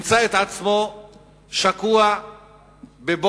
ימצא את עצמו שקוע בבוץ